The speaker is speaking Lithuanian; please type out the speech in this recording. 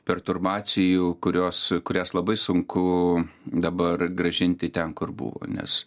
perturbacijų kurios kurias labai sunku dabar grąžinti ten kur buvo nes